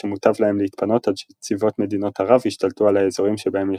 שמוטב להם להתפנות עד שצבאות מדינות ערב ישתלטו על האזורים שבהם ישבו.